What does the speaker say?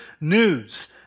news